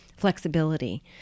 flexibility